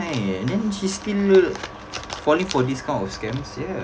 and then she still falling for this kinds of scams ya